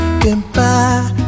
goodbye